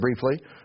briefly